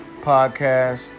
podcast